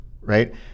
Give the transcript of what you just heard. right